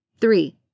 Three